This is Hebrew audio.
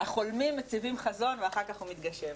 החולמים מציבים חזון ואחר כך הוא מתגשם.